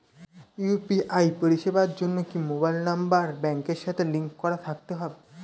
UPI পরিষেবার জন্য কি মোবাইল নাম্বার ব্যাংকের সাথে লিংক করা থাকতে হবে?